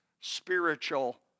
spiritual